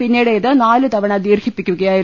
പിന്നീട് ഇത് നാലുതവണ ദീർഘിപ്പി ക്കുകയായിരുന്നു